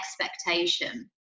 expectation